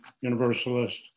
Universalist